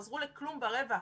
הם חזרו לכלום ורבע.